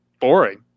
boring